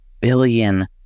billion